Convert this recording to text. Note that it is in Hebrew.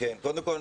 קודם כול,